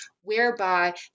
whereby